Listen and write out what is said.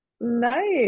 Nice